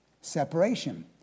Separation